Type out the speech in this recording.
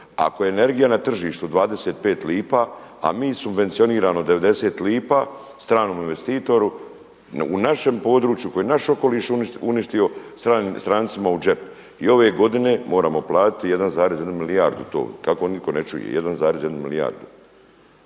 ako je energija na tržištu 25 lipa a mi subvencioniramo 90 lipa stranom investitoru, u našem području, koje je naš okoliš uništio, strancima u džep. I ove godine moramo platiti 1,1 milijardu tog, tako nitko ne čuje, 1,1 milijardu.